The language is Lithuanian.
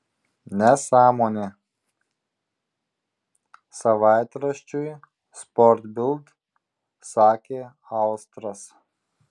nesąmonė savaitraščiui sport bild sakė austras